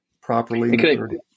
properly